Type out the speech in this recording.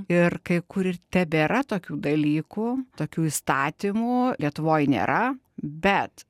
ir kai kur ir tebėra tokių dalykų tokių įstatymų lietuvoj nėra bet